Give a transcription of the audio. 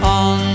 on